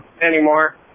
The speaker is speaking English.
anymore